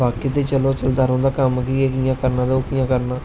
बाकी ते चलो चलदा रौंहदा कम कि एह् कियां करना ते ओह् कियां करना